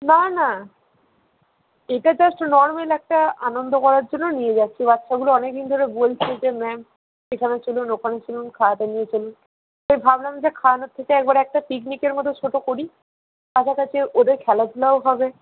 না না এটা জাস্ট নর্মাল একটা আনন্দ করার জন্য নিয়ে যাচ্ছি বাচ্চাগুলো অনেকদিন ধরে বলছে যে ম্যাম এখানে চলুন ওখানে চলুন খাওয়াতে নিয়ে চলুন তাই ভাবলাম যে খাওয়ানোর থেকে একবারে একটা পিকনিকের মতো ছোটো করি কাছাকাছি ওদের খেলাধুলাও হবে